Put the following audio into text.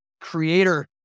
creator